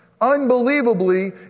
Unbelievably